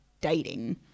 dating